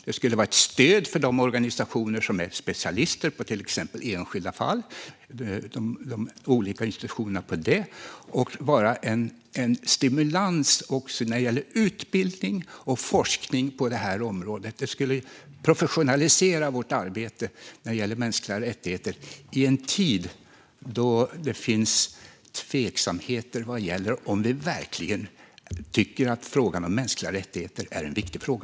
Det skulle vara ett stöd för de organisationer som är specialister på exempelvis enskilda fall. Det skulle också vara en stimulans när det gäller utbildning och forskning på det här området. Det skulle professionalisera vårt arbete när det gäller mänskliga rättigheter i en tid då det finns tveksamheter vad gäller om vi verkligen tycker att frågan om mänskliga rättigheter är en viktig fråga.